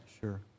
Sure